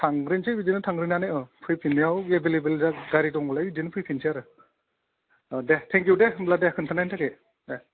थांग्रोनोसै बिदिनो थांग्रोनानै औ फैफिननायाव एभेलेबेल गारि दंब्लालाय इदिनो फैफिननोसै आरो अ दे थेंक इउ दे होमब्ला दे खोन्थानायनि थाखाय दे